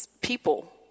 people